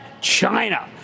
China